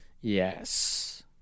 Yes